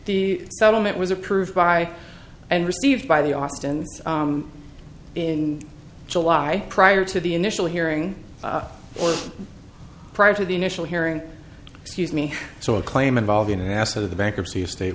the settlement was approved by and received by the austin in july prior to the initial hearing or prior to the initial hearing excuse me so a claim involving an asset of the bankruptcy state